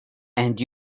and